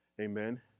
Amen